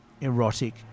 erotic